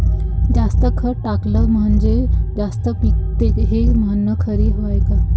जास्त खत टाकलं म्हनजे जास्त पिकते हे म्हन खरी हाये का?